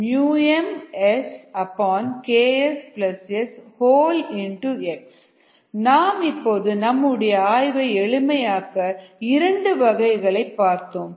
எனவே dxdtmSKsSx நாம் இப்போது நம்முடைய ஆய்வை எளிமையாக்க இரண்டு வகைகளை பார்ப்போம்